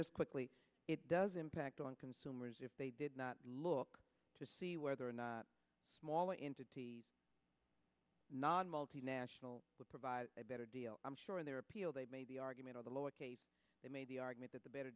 just quickly it does impact on consumers if they did not look to see whether or not smaller entities not multinational would provide a better deal i'm sure in their appeal they made the argument of the lower it made the argument that the better